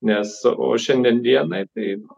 nes o šiandien dienai tai